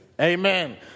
Amen